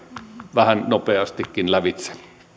vähän nopeastikin lävitse